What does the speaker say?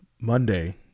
Monday